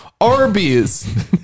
Arby's